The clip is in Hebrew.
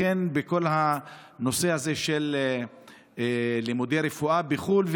בכל הנושא הזה של לימודי רפואה בחו"ל,